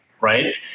right